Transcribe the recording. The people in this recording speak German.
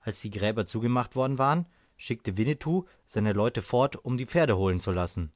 als die gräber zugemacht worden waren schickte winnetou seine leute fort um die pferde holen zu lassen